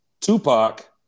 Tupac